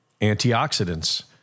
antioxidants